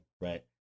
Right